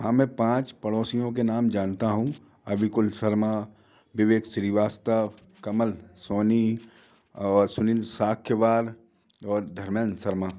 हाँ मैं पाँच पड़ोसियों के नाम जानता हूँ अभिकुल शर्मा विवेक श्रीवास्तव कमल सोनी और सुनील साख्यवाल और धर्मेंद्र शर्मा